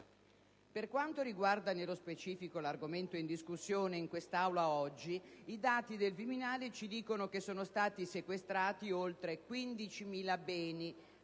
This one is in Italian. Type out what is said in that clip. Per quanto riguarda, nello specifico, l'argomento in discussione oggi in Aula, i dati del Viminale rilevano che sono stati sequestrati oltre 15.000 beni